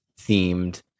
themed